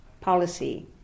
policy